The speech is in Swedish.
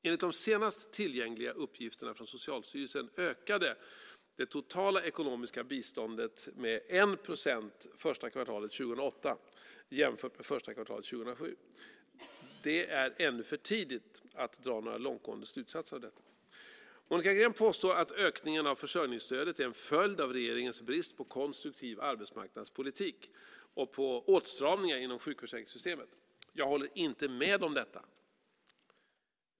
Enligt de senaste tillgängliga uppgifterna från Socialstyrelsen ökade det totala ekonomiska biståndet med 1 procent första kvartalet 2008 jämfört med första kvartalet 2007. Det är ännu för tidigt att dra några långtgående slutsatser av detta. Monica Green påstår att ökningen av försörjningsstödet är en följd av regeringens brist på konstruktiv arbetsmarknadspolitik och på åtstramningar inom sjukförsäkringssystemet. Jag håller inte med om detta.